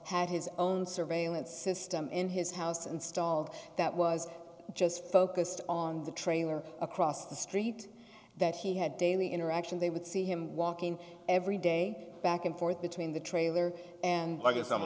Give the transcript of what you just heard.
had his own surveillance system in his house installed that was just focused on the trailer across the street that he had daily interaction they would see him walking every day back and forth between the trailer and i guess